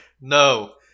no